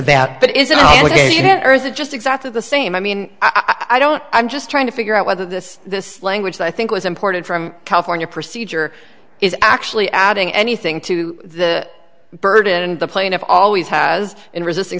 that but is it ok or is it just exactly the same i mean i don't i'm just trying to figure out whether this this language i think what's important from california procedure is actually adding anything to the burden and the plaintiff always has in resisting